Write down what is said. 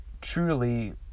truly